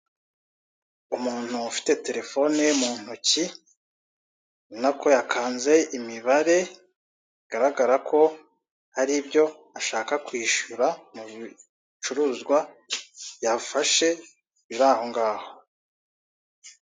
Umuntu ufite terefone mu ntoki ubona ko yakanze imibare, bigaragara ko hari ibyo ashaka kwishyura mu bicuruzwa yafashe biri ahongaho.